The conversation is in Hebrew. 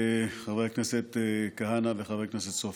חבר הכנסת כהנא וחבר הכנסת סופר,